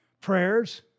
prayers